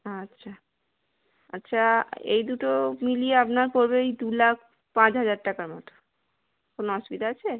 আচ্ছা আচ্ছা এই দুটো মিলিয়ে আপনার পড়বে ওই দু লাখ পাঁচ হাজার টাকার মতো কোনো অসুবিধা আছে